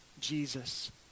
Jesus